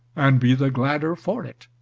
and be the gladder for it.